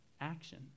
action